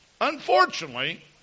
unfortunately